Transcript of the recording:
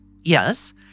Yes